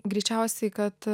greičiausiai kad